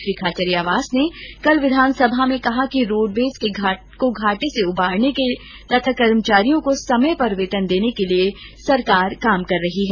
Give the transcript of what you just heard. श्री खाचरियावास ने कल विधानसभा में कहा कि रोडवेज को घाटे से उबारने तथा कर्मचारियों को समय पर वेतन देने के लिए सरकार काम कर रही है